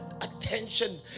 attention